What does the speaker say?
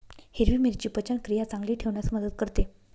हिरवी मिरची पचनक्रिया चांगली ठेवण्यास मदत करते